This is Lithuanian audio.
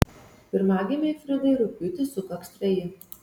pirmagimei fridai rugpjūtį sukaks treji